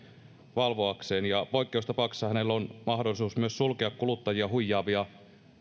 valvoakseen ja poikkeustapauksessa hänellä on mahdollisuus myös sulkea kuluttajia huijaavia